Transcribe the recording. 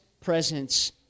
presence